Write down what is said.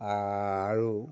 আৰু